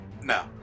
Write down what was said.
No